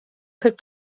kırk